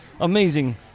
amazing